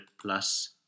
plus